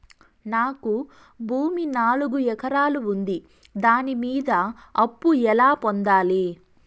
నాకు భూమి నాలుగు ఎకరాలు ఉంది దాని మీద అప్పు ఎలా పొందాలి?